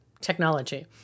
technology